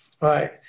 right